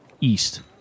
east